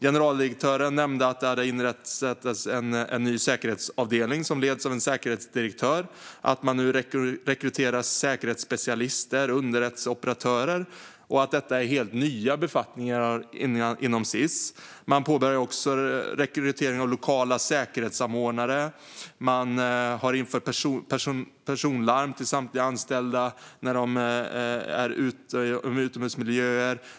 Hon nämnde att det hade inrättats en ny säkerhetsavdelning som leds av en säkerhetsdirektör, att man nu rekryterar säkerhetsspecialister och underrättelseoperatörer och att detta är helt nya befattningar inom Sis. Man påbörjar också rekrytering av lokala säkerhetssamordnare. Man har infört personlarm för samtliga anställda som vistas i utomhusmiljöer.